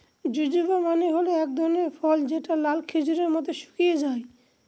জুজুবা মানে হল এক ধরনের ফল যেটা লাল খেজুরের মত শুকিয়ে যায়